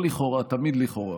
כן,